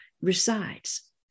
resides